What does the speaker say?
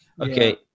Okay